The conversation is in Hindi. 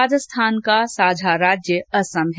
राजस्थान का साझा राज्य असम है